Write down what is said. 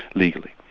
legally.